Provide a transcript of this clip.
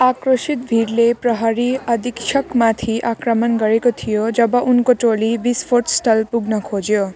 आक्रोसित भिडले प्रहरी अधीक्षकमाथि आक्रमण गरेको थियो जब उनको टोली विष्फोटस्थल पुग्न खोज्यो